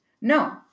No